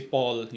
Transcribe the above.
Paul